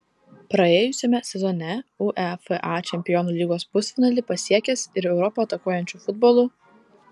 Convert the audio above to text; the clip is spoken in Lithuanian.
praėjusiame sezone uefa čempionų lygos pusfinalį pasiekęs ir europą atakuojančiu futbolu